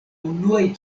unuaj